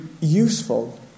useful